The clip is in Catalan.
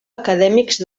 acadèmics